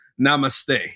namaste